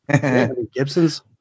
Gibson's